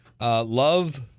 Love